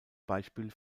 beispiel